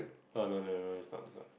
uh no nevermind it's not it's not